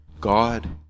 God